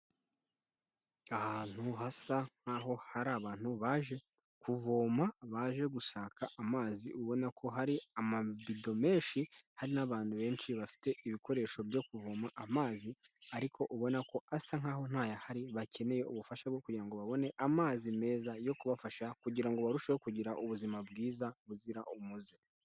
Ahantu hasa nk'aho hari abantu baje kuvoma, baje gushaka amazi, ubona ko hari amabido menshi, hari n'abantu benshi bafite ibikoresho byo kuvoma amazi ariko ubona ko asa nk'aho ntayahari, bakeneye ubufasha bwo kugira ngo babone amazi meza yo kubafasha kugira ngo barusheho kugira ubuzima bwiza buzira umuze.